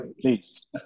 please